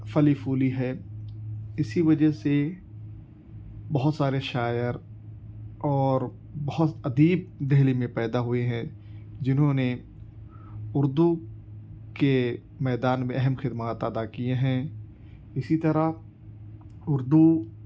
پھلی پھولی ہے اسی وجہ سے بہت سارے شاعر اور بہت ادیب دہلی میں پیدا ہوئے ہیں جنہوں نے اردو کے میدان میں اہم خدمات ادا کیے ہیں اسی طرح اردو